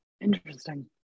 interesting